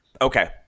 Okay